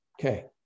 okay